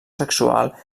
sexual